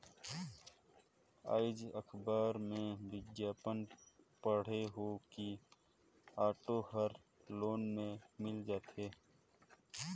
आएज अखबार में बिग्यापन पढ़े हों कि ऑटो हर लोन में मिल जाथे